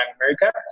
America